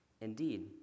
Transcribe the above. Indeed